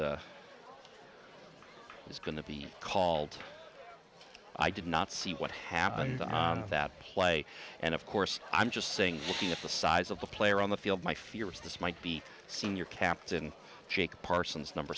timeout is going to be called i did not see what happened on that play and of course i'm just saying gee if the size of the player on the field my fears this might be senior captain jake parsons number